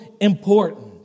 important